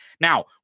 Now